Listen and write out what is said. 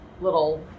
little